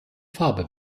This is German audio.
farbe